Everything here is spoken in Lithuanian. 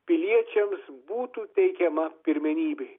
piliečiams būtų teikiama pirmenybė